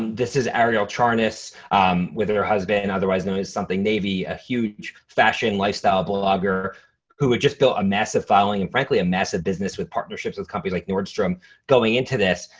this is arielle charnas with her husband, and otherwise known as something navy, a huge fashion lifestyle blogger who had just built a massive following and frankly a massive business with partnerships with companies like nordstrom going into this.